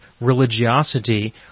religiosity